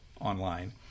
online